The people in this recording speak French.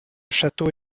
château